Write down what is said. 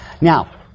Now